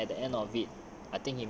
but then at the end of it